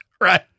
Right